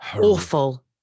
awful